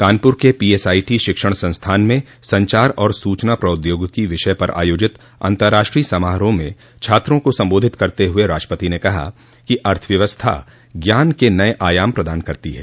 कानपुर के पीएसआईटी शिक्षण संस्थान में संचार और सूचना प्रौद्योगिकी विषय पर आयोजित अतंराष्ट्रीय समारोह में छात्रों को संबोधित करते हुए राष्ट्रपति ने कहा कि अर्थव्यवस्था ज्ञान के नये आयाम प्रदान करती है